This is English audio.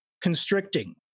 constricting